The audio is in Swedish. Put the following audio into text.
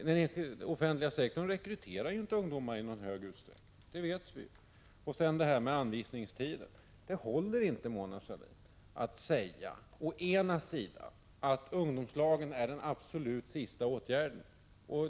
Den offentliga sektorn rekryterar inte ungdomar i någon stor utsträckning, det vet vi. Det håller inte, Mona Sahlin, att om anvisningstiden säga att arbete i ungdomslag är den absolut sista åtgärden.